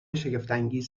شگفتانگیز